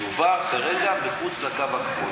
מדובר כרגע מחוץ לקו הגבול.